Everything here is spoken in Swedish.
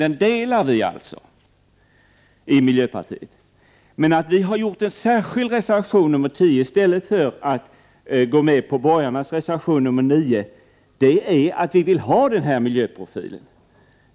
Men vi har fogat reservation 10 till betänkandet i stället för att ansluta oss till borgarnas reservation 9, eftersom vi vill ha denna miljöprofil.